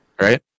right